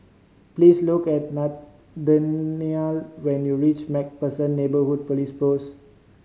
please look at Nathanial when you reach Macpherson Neighbourhood Police Post